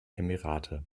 emirate